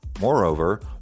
Moreover